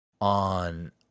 On